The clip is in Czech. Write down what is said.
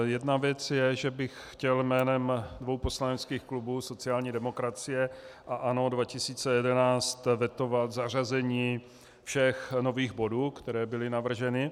Jedna věc je, že bych chtěl jménem dvou poslaneckých klubů sociální demokracie a ANO 2011 vetovat zařazení všech nových bodů, které byly navrženy.